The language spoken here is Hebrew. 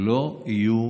לא יהיו